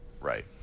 Right